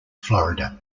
florida